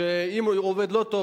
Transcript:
שאם עובד לא טוב,